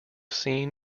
seen